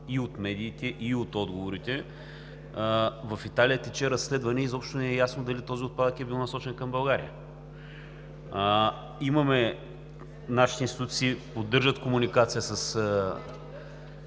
и от медиите, и от отговорите, е, че в Италия тече разследване и изобщо не е ясно дали този отпадък е бил насочен към България. Нашите институции поддържат комуникация с